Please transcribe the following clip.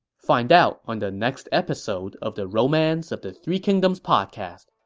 find out on the next episode of the romance of the three kingdoms podcast.